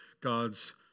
God's